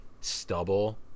stubble